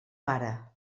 pare